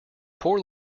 poor